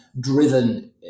driven